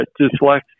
dyslexia